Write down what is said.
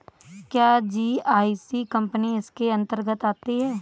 क्या GIC company इसके अन्तर्गत आती है?